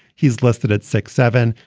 he's listed at six seven.